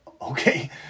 okay